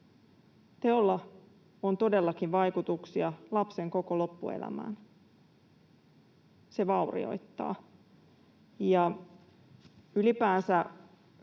Teolla on todellakin vaikutuksia lapsen koko loppuelämään. Se vaurioittaa.